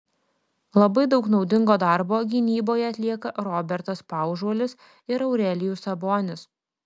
labai daug naudingo darbo gynyboje atlieka robertas paužuolis ir aurelijus sabonis